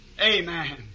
Amen